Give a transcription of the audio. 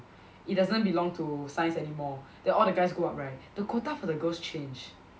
it doesn't belong to science anymore then all the guys go up right the quota for the girls change